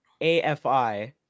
AFI